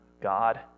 God